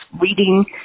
reading